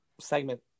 segment